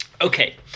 Okay